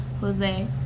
Jose